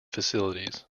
facilities